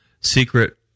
secret